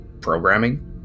programming